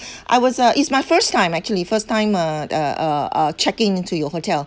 I was uh it's my first time actually first time uh uh uh uh check into your hotel